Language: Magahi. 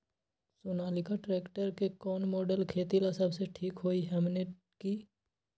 सोनालिका ट्रेक्टर के कौन मॉडल खेती ला सबसे ठीक होई हमने की?